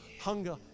hunger